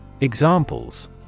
Examples